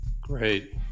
great